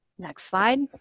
next slide.